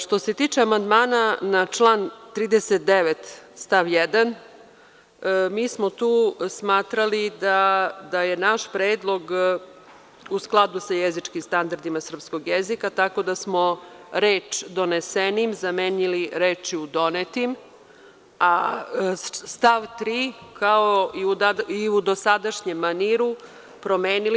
Što se tiče amandmana na član 39. stav 1, mi smo tu smatrali da je naš predlog u skladu sa jezičkim standardima srpskog jezika, tako da smo reč „donesenim“, zamenili rečju „donetim“, a stav 3, kao i u dosadašnjem maniru, smo promenili.